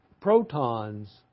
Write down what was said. protons